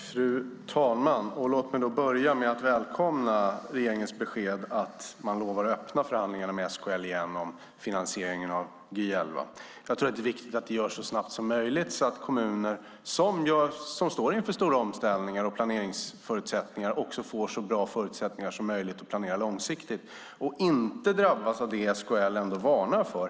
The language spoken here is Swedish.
Fru talman! Låt mig börja med att välkomna regeringens besked att man lovar att öppna förhandlingar med SKL igen om finansieringen av Gy 11. Det är viktigt att det görs så snabbt som möjligt så att kommuner som står inför stora omställningar och ändrade planeringsförutsättningar får så bra förutsättningar som möjligt att planera långsiktigt och inte drabbas av det SKL varnar för.